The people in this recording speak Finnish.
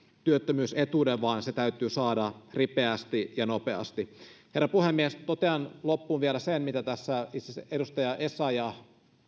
työttömyysetuuden vaan se täytyy saada ripeästi ja nopeasti herra puhemies totean loppuun vielä sen mitä tässä itse asiassa edustaja essayah